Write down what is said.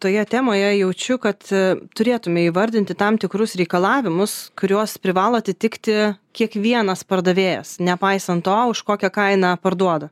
toje temoje jaučiu kad turėtume įvardinti tam tikrus reikalavimus kuriuos privalo atitikti kiekvienas pardavėjas nepaisant to už kokią kainą parduoda